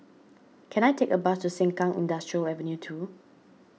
can I take a bus to Sengkang Industrial Avenue two